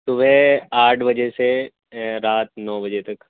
صبح آٹھ بجے سے رات نو بجے تک